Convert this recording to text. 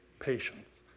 patience